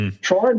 Try